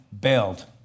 bailed